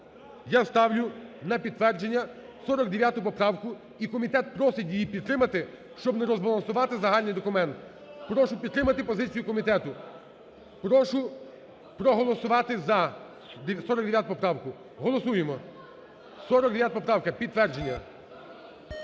Я ставлю на підтвердження 49-у поправку, і комітет просить її підтримати, щоб не розбалансувати загальний документ. Прошу підтримати позицію комітету. Прошу проголосувати за 49-у поправку. Голосуємо. 49-а поправка, підтвердження.